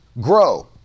grow